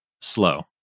slow